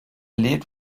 lebt